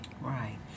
Right